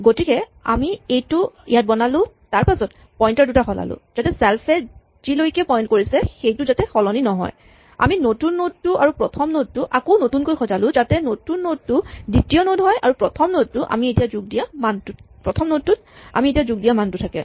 গতিকে আমি এইটো ইয়াত বনালো তাৰপাছত পইন্টাৰ দুটা সলালো যাতে চেল্ফ এ যিলৈকে পইন্ট কৰিছে সেইটো যাতে সলনি নহয় আমি নতুন নড টো আৰু প্ৰথম নড টো আকৌ নতুনকৈ সজালো যাতে নতুন নড টো দ্বিতীয় নড হয় আৰু প্ৰথম নড টোত আমি এতিয়া যোগ দিয়া মানটো থাকে